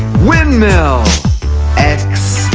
windmill x,